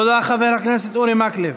תודה לחבר הכנסת אורי מקלב.